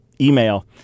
email